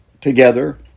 together